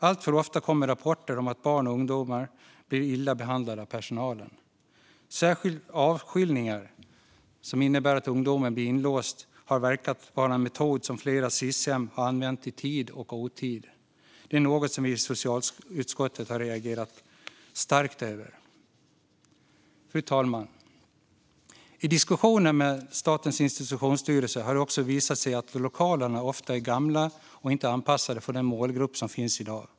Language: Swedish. Alltför ofta kommer rapporter om att barn och ungdomar blir illa behandlade av personalen. Särskilt avskiljningar, som innebär att ungdomen blir inlåst, verkar vara en metod som flera Sis-hem har använt i tid och otid. Detta är något som vi i socialutskottet har reagerat starkt mot. Fru talman! I diskussionen med Statens institutionsstyrelse har det också visat sig att lokalerna ofta är gamla och inte anpassade för den målgrupp som finns i dag.